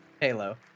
Halo